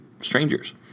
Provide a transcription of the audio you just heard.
strangers